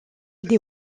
des